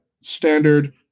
standard